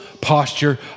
posture